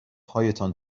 هایتان